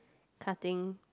cutting